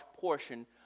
portion